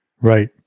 Right